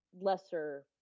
lesser